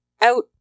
out